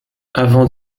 avant